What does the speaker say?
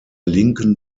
linken